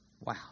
Wow